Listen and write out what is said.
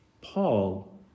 Paul